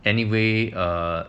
anyway uh